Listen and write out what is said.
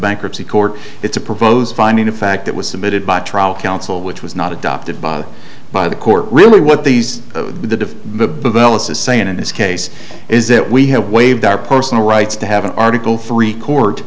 bankruptcy court it's a proposed finding of fact that was submitted by trial counsel which was not adopted by the by the court really what these the bellus is saying in this case is that we have waived our personal rights to have an article three court